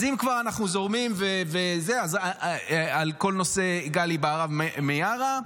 אז אם כבר אנחנו זורמים על כל נושא גלי בהרב מיארה,